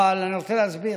אבל אני רוצה להסביר.